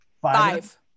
Five